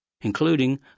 including